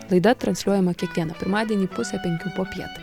laida transliuojama kiekvieną pirmadienį pusę penkių popiet